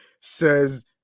says